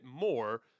more